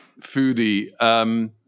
foodie